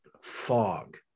fog